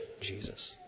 Jesus